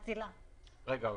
רגע.